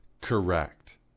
correct